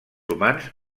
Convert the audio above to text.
humans